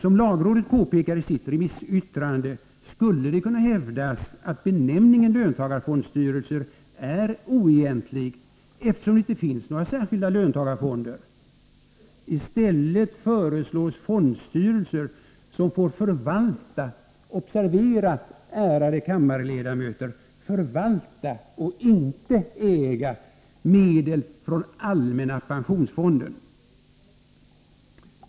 Som lagrådet påpekar i sitt remissyttrande skulle det kunna hävdas att benämningen löntagarfondsstyrelser är oegentlig, eftersom det inte finns några särskilda löntagarfonder. I stället föreslås fondstyrelser som får förvalta — observera, ärade kammarledamöter: förvalta — och inte äga medel från allmänna pensionsfonden.